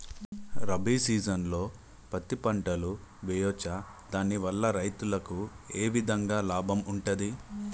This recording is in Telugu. రబీ సీజన్లో పత్తి పంటలు వేయచ్చా దాని వల్ల రైతులకు ఏ విధంగా లాభం ఉంటది?